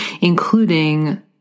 including